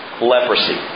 leprosy